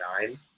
nine